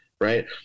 Right